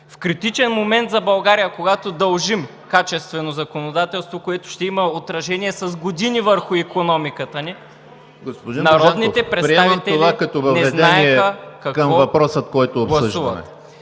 В критичен момент за България, когато дължим качествено законодателство, което ще има отражение с години върху икономиката ни, народните представители… ПРЕДСЕДАТЕЛ ЕМИЛ